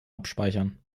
abspeichern